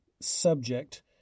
subject